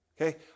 Okay